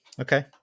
Okay